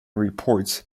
reports